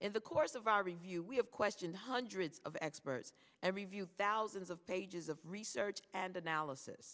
in the course of our review we have questioned hundreds of experts every view thousands of pages of research and analysis